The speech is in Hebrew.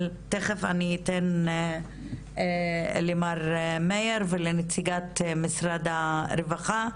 אבל תיכף אני אתן למר מאיר ולנציגת משרד הרווחה,